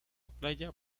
playa